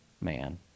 man